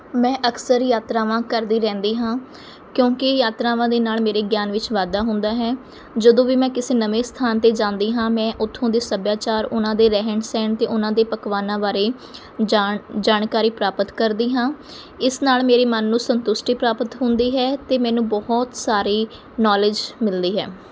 ਮੈਂ ਅਕਸਰ ਯਾਤਰਾਵਾਂ ਕਰਦੀ ਰਹਿੰਦੀ ਹਾਂ ਕਿਉਂਕਿ ਯਾਤਰਾਵਾਂ ਦੇ ਨਾਲ ਮੇਰੇ ਗਿਆਨ ਵਿੱਚ ਵਾਧਾ ਹੁੰਦਾ ਹੈ ਜਦੋਂ ਵੀ ਮੈਂ ਕਿਸੇ ਨਵੇਂ ਸਥਾਨ 'ਤੇ ਜਾਂਦੀ ਹਾਂ ਮੈਂ ਉਥੋਂ ਦੇ ਸੱਭਿਆਚਾਰ ਉਹਨਾਂ ਦੇ ਰਹਿਣ ਸਹਿਣ ਅਤੇ ਉਹਨਾਂ ਦੇ ਪਕਵਾਨਾਂ ਬਾਰੇ ਜਾਣ ਜਾਣਕਾਰੀ ਪ੍ਰਾਪਤ ਕਰਦੀ ਹਾਂ ਇਸ ਨਾਲ ਮੇਰੇ ਮਨ ਨੂੰ ਸੰਤੁਸ਼ਟੀ ਪ੍ਰਾਪਤ ਹੁੰਦੀ ਹੈ ਅਤੇ ਮੈਨੂੰ ਬਹੁਤ ਸਾਰੀ ਨੌਲੇਜ ਮਿਲਦੀ ਹੈ